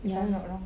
if I'm not wrong